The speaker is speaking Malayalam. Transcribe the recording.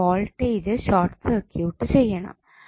നമ്മൾ വോൾട്ടേജ് ഷോർട്ട് സർക്യൂട്ട് ചെയ്യണം